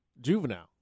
Juvenile